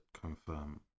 confirm